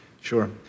Sure